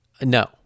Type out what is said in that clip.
No